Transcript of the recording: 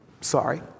sorry